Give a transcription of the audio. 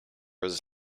was